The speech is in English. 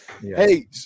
Hey